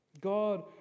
God